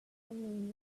moon